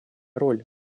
роль